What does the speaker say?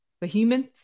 behemoth